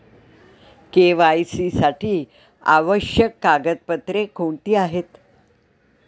KYC साठी आवश्यक कागदपत्रे कोणती आहेत?